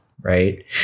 Right